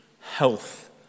health